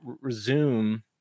resume